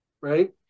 right